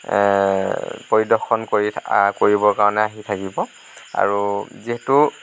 পৰিদৰ্শন কৰি কৰিবৰ কাৰণে আহি থাকিব আৰু যিহেতু